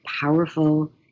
powerful